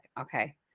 okay